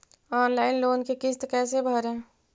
Online loan के किस्त कैसे भरे?